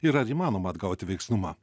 ir ar įmanoma atgauti veiksnumą